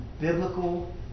biblical